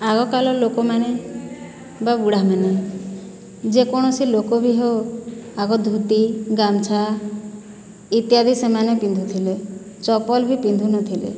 ଆଗକାଳର ଲୋକମାନେ ବା ବୁଢ଼ାମାନେ ଯେ କୌଣସି ଲୋକ ବି ହେଉ ଆଗ ଧୋତି ଗାମୁଛା ଇତ୍ୟାଦି ସେମାନେ ପିନ୍ଧୁଥିଲେ ଚପଲ ବି ପିନ୍ଧୁନଥିଲେ